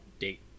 date